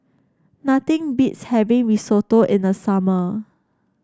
nothing beats having Risotto in the summer